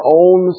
own